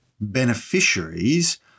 beneficiaries